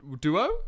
duo